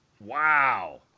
Wow